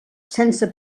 sense